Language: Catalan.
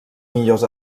millors